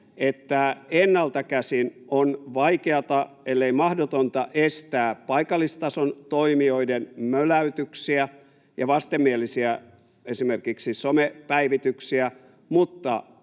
että ennalta käsin on vaikeata, ellei mahdotonta, estää paikallistason toimijoiden möläytyksiä ja esimerkiksi vastenmielisiä somepäivityksiä, mutta